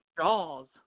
Jaws